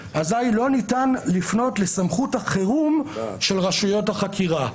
אזי לא ניתן לפנות לסמכות החירום של רשויות החקירה.